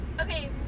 okay